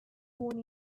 born